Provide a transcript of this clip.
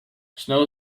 snow